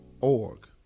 org